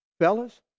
Fellas